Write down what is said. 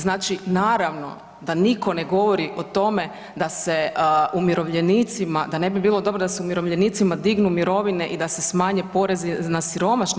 Znači naravno da nitko ne govori o tome da se umirovljenicima da ne bi bilo dobro da se umirovljenicima dignu mirovine i da se smanje porezi na siromašne.